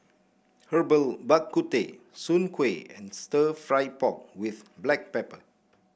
Herbal Bak Ku Teh Soon Kway and stir fry pork with Black Pepper